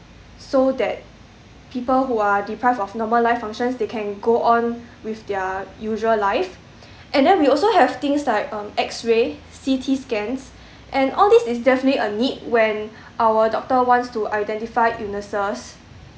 so that people who are deprived of normal life functions they can go on with their usual life and then we also have things like um x ray C_T scans and all this is definitely a need when our doctor wants to identify illnesses